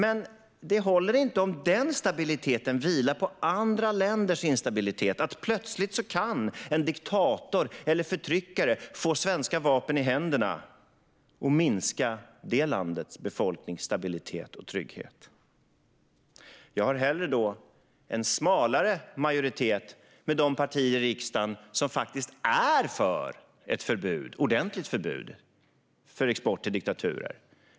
Men det håller inte om stabiliteten vilar på andra länders instabilitet så att en diktator eller förtryckare plötsligt kan få svenska vapen i händerna och minska stabiliteten och tryggheten för det landets befolkning. Jag har hellre en smalare majoritet med de partier i riksdagen som faktiskt är för ett ordentligt förbud för export till diktaturer.